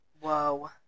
Whoa